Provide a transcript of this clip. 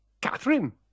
Catherine